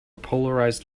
polarized